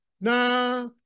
Nah